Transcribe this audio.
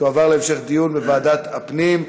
תועבר להמשך דיון בוועדת הפנים.